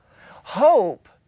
Hope